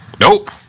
Nope